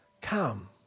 come